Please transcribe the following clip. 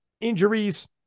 injuries